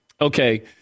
Okay